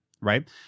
Right